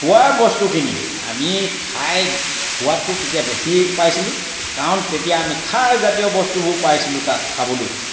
খোৱাৰ বস্তুখিনি আমি খাই সোৱাদটো তেতিয়া বেছি পাইছিলোঁ কাৰণ তেতিয়া আমি খাৰজাতীয় বস্তুবোৰ পাইছিলোঁ তাত খাবলৈ